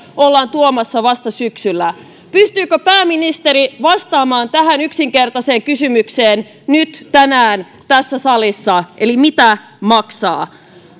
ollaan tuomassa vasta syksyllä pystyykö pääministeri vastaamaan tähän yksinkertaiseen kysymykseen nyt tänään tässä salissa eli mitä maksaa